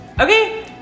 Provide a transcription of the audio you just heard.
Okay